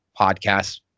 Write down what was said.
Podcast